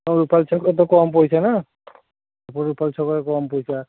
ଆମ ରୁପାଲି ଛକରେ ତ କମ୍ ପଇସା ନାଁ ଆମ ରୁପାଲି ଛକରେ କମ୍ ପଇସା